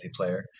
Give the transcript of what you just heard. multiplayer